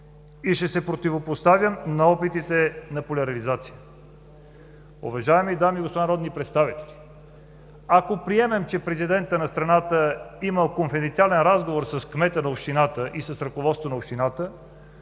и ще се противопоставя на опитите за поляризация. Уважаеми дами и господа народни представители, ако приемем, че президентът на страната е имал конфиденциален разговор с кмета на общината и ръководството на общината,